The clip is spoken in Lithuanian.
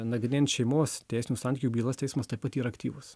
nagrinėjant šeimos teisinių santykių bylas teismas taip pat yra aktyvus